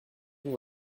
vous